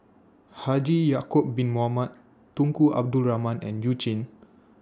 Haji Ya'Acob Bin Mohamed Tunku Abdul Rahman and YOU Jin